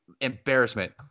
embarrassment